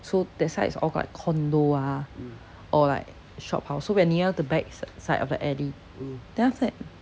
so that side is all like condo ah or like shophouse so we are near the back side of the alley then after that